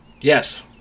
Yes